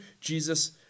Jesus